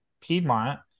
Piedmont